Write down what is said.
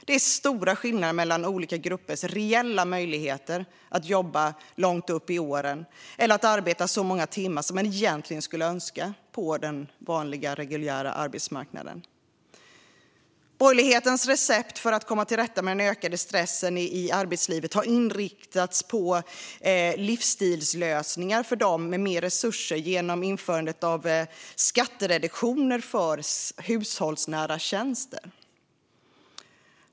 Det är stora skillnader mellan olika gruppers reella möjligheter att jobba långt upp i åren eller att arbeta så många timmar som man egentligen skulle önska på den reguljära arbetsmarknaden. Borgerlighetens recept för att komma till rätta med den ökade stressen i arbetslivet har inriktats på livsstilslösningar för dem med mer resurser genom införandet av skattereduktioner för hushållsnära tjänster.